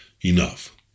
Enough